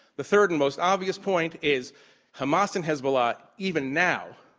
the third and most obvious point is hamas and hezbollah, even now,